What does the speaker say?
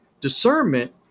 discernment